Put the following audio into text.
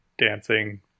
dancing